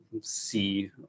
see